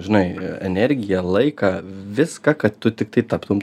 žinai energiją laiką viską kad tu tiktai taptum